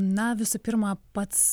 na visų pirma pats